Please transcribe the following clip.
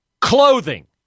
Clothing